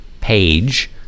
page